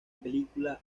película